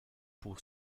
pour